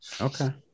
Okay